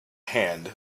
hand